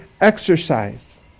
exercise